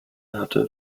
hatte